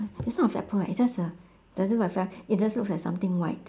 it's not a flagpole eh it's just a does it look like flag it just look like something white